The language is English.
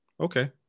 Okay